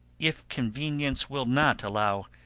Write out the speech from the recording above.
if convenience will not allow,